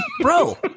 bro